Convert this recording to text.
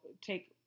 take